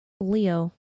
Leo